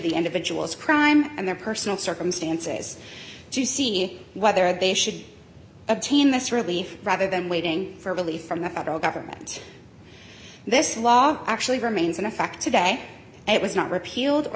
the individual's crime and their personal circumstances do you see whether they should obtain this really rather than waiting for relief from the federal government this law actually remains in effect today it was not repealed or